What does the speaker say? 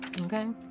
Okay